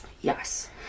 yes